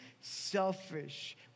selfish